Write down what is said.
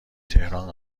تهران